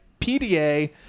PDA